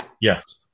Yes